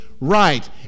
right